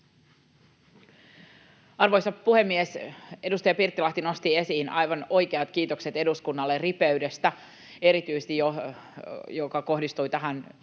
Arvoisa puhemies! Edustaja Pirttilahti nosti esiin aivan oikeat kiitokset eduskunnalle, ripeydestä, erityisesti, joka kohdistui tähän